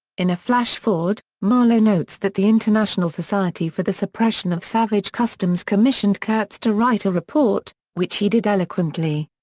in a flash forward, marlow notes that the international society for the suppression of savage customs commissioned kurtz to write a report, which he did eloquently.